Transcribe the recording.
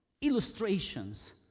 illustrations